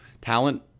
talent